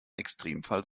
extremfall